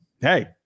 Hey